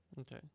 Okay